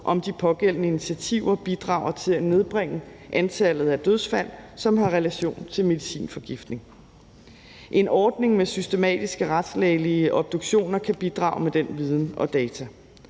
om de pågældende initiativer bidrager til at nedbringe antallet af dødsfald, som har relation til medicinforgiftning. En ordning med systematiske retslægelige obduktioner kan bidrage med den viden og data,